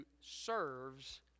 serves